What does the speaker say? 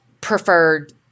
preferred